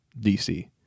DC